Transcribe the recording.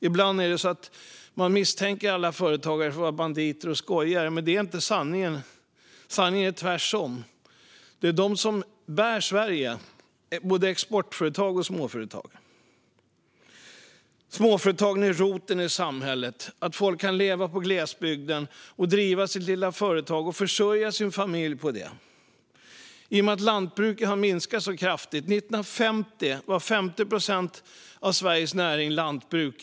Ibland misstänker man alla företagare för att vara banditer och skojare, men det är inte sanningen. Sanningen är tvärtom att det är de som bär Sverige, och det gäller både exportföretag och småföretag. Småföretagen är roten i samhället - att folk kan leva i glesbygden, driva sitt lilla företag och försörja sin familj på det. Så har det blivit i och med att lantbruket har minskat så kraftigt. År 1950 var 50 procent av Sveriges näring lantbruk.